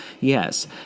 Yes